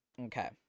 Okay